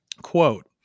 Quote